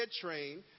train